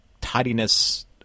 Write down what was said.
tidiness